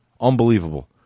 Unbelievable